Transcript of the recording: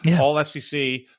All-SEC